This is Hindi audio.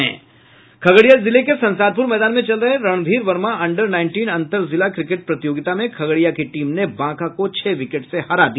खगड़िया जिले के संसारपूर मैदान में चल रहे रणधीर वर्मा अंडर नाईंटिन अंतर जिला क्रिकेट प्रतियोगिता में खगड़िया की टीम ने बांका को छह विकेट से हरा दिया